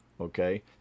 Okay